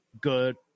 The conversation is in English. good